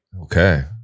okay